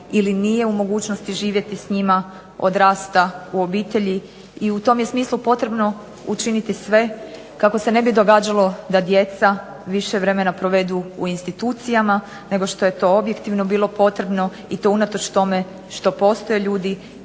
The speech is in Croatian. ili nije u mogućnosti živjeti s njima, odrasta u obitelji i u tom je smislu potrebno učiniti sve kako se ne bi događalo da djeca više vremena provedu u institucijama nego što je to objektivno bilo potrebno, i to unatoč tome što postoje ljudi